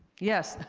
yes?